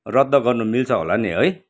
रद्द गर्नु मिल्छ होला नि है